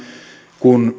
kun